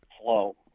flow